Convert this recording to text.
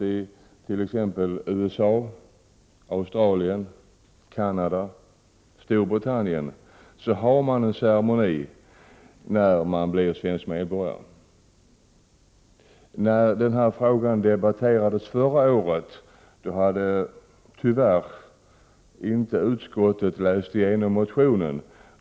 I t.ex. USA, Australien, Canada och Storbritannien får man delta i en ceremoni när man får sitt nya medborgarskap. När denna fråga debatterades förra året hade man i utskottet tyvärr inte läst igenom motionen.